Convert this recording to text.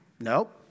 nope